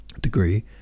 degree